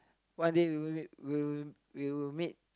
one day we will meet we will we will meet